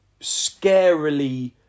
scarily